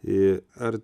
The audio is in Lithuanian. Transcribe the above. į ar